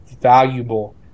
valuable